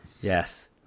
Yes